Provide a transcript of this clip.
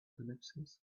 connections